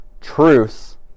truth